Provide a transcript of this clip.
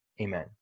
Amen